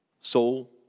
soul